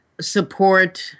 support